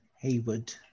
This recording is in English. Haywood